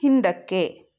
ಹಿಂದಕ್ಕೆ